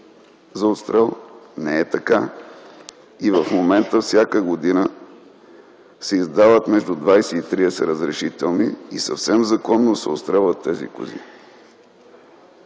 за отстрел. Не е така. И в момента всяка година се издават между 20 и 30 разрешителни и съвсем законно се отсрелват тези кози.